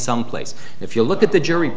someplace if you look at the jury